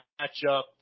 matchup